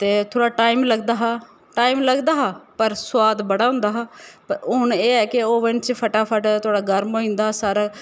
ते थोह्ड़ा टाइम लगदा हा टाइम लगदा हा पर सुआद बड़ा होंदा हा पर हून एह् ऐ कि ओवन च फटाफट थोह्ड़ा गर्म होई जंदा सारा